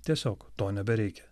tiesiog to nebereikia